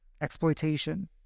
Exploitation